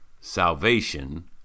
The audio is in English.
salvation